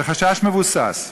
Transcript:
וחשש מבוסס,